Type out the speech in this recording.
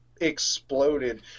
exploded